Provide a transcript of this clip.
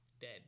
dead